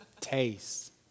Taste